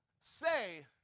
say